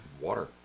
water